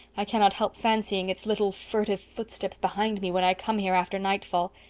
i cannot help fancying its little, furtive footsteps behind me when i come here after nightfall.